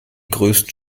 größten